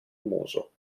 muso